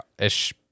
ish